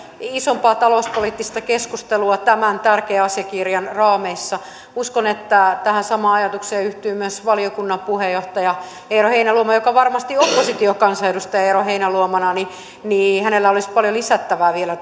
isompaa talouspoliittista keskustelua tämän tärkeän asiakirjan raameissa uskon että tähän samaan ajatukseen yhtyy myös valiokunnan puheenjohtaja eero heinäluoma jolla varmasti oppositiokansanedustaja eero heinäluomana olisi paljon lisättävää vielä